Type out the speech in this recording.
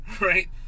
Right